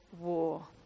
war